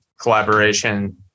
collaboration